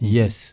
Yes